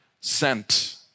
sent